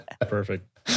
Perfect